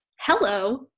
hello